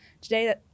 today